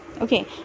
okay